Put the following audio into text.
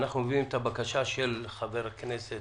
ואנחנו מביאים את הבקשה של חבר הכנסת